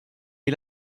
est